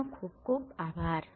આપનો ખૂબ ખૂબ આભાર